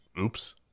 Oops